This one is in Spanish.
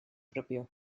propio